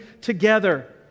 together